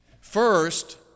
First